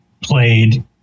played